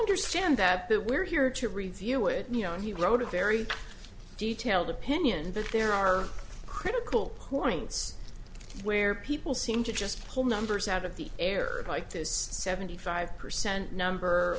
understand that but we're here to review it and he wrote a very detailed opinion that there are critical points where people seem to just pull numbers out of the air like this seventy five percent number